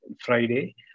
Friday